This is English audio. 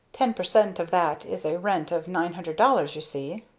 ten per cent. of that is a rent of nine hundred dollars you see.